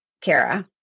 Kara